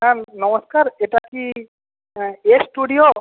হ্যাঁ নমস্কার এটা কি এস স্টুডিও